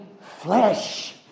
flesh